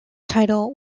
title